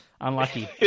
Unlucky